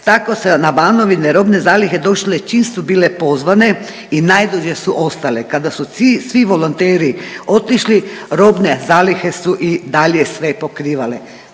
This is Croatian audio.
Tako se na Banovini robne zalihe došle čim su bile pozvane i najdulje su ostale, kada su svi volonteri otišli robne zalihe su i dalje sve pokrivale.